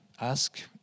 ask